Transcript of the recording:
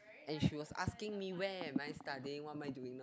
and she was asking where am I studying what am I doing now